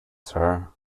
sir